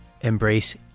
embrace